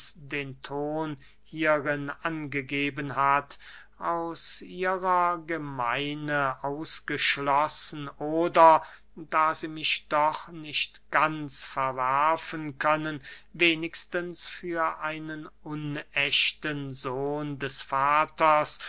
den ton hierin angegeben hat aus ihrer gemeine ausgeschlossen oder da sie mich doch nicht ganz verwerfen können wenigstens für einen unächten sohn des vaters